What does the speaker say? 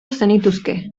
zenituzke